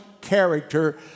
character